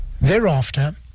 thereafter